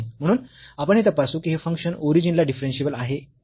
म्हणून आपण हे तपासू की हे फंक्शन ओरिजिनला डिफरन्शियेबल आहे की नाही